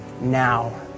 now